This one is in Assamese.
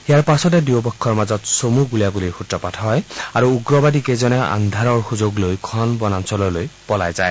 ইয়াৰ পাচতে দুয়োপক্ষৰ মাজত চমু গুলীয়াণ্ডলীৰ সূত্ৰপাত হয় আৰু উগ্ৰবাদী কেইজনে আন্ধাৰৰ সুযোগ লৈ ঘন বনাঞ্চললৈ পলাই যায়